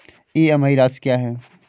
EMI राशि क्या है?